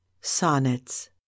sonnets